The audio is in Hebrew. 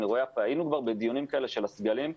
כבר היינו בדיונים כאלה של הסגלים,